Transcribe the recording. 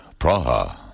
Praha